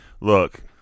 look